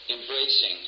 embracing